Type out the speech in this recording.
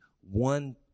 one